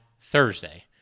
Thursday